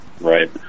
Right